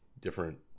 different